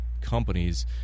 companies